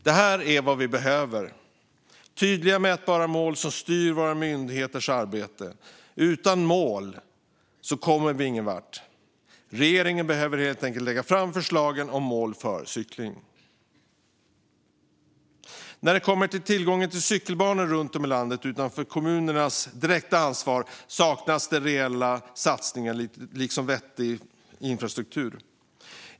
Det här är vad som behövs: tydliga, mätbara mål som styr myndigheternas arbete. Utan mål kommer vi ingenvart. Regeringen behöver helt enkelt lägga fram förslagen om mål för cykling. När det kommer till tillgången till cykelbanor runt om i landet utanför kommunernas direkta ansvar saknas reella satsningar, liksom vettig infrastruktur.